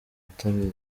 atabizi